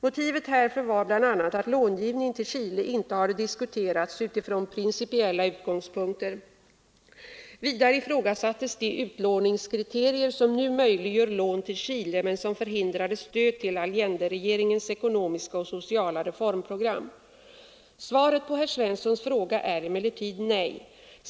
Motivet härför var bl.a. att långivningen till Chile inte hade diskuterats utifrån principiella utgångspunkter. Vidare ifrågasattes de utlåningskriterier som nu möjliggör lån till Chile men som förhindrade stöd till Allenderegeringens ekonomiska och sociala reformprogram. Svaret på herr Svenssons fråga är emellertid nej.